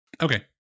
Okay